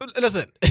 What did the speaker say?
Listen